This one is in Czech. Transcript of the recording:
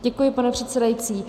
Děkuji, pane předsedající.